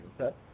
okay